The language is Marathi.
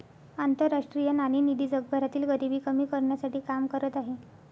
आंतरराष्ट्रीय नाणेनिधी जगभरातील गरिबी कमी करण्यासाठी काम करत आहे